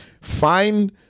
find